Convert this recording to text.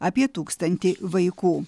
apie tūkstantį vaikų